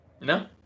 No